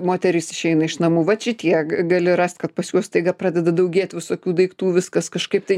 moterys išeina iš namų vat šitie gali rast kad pas juos staiga pradeda daugėt visokių daiktų viskas kažkaip tai